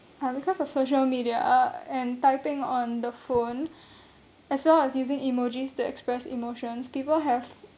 because of uh social media and typing on the phone as well as using emojis to express emotions people have